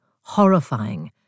horrifying